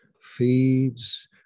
feeds